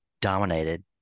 dominated